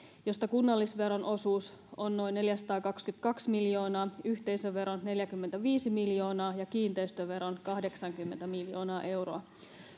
josta kunnallisveron osuus on noin neljäsataakaksikymmentäkaksi miljoonaa yhteisöveron neljäkymmentäviisi miljoonaa ja kiinteistöveron kahdeksankymmentä miljoonaa euroa